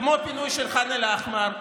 כמו פינוי ח'אן אל-אחמר,